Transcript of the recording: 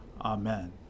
Amen